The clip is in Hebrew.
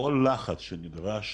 כל לחץ שנדרש